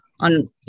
on